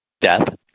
death